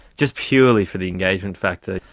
just purely for the engagement factor.